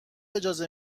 اجازه